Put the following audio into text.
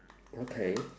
okay